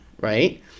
right